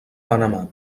panamà